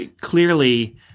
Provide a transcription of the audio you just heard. clearly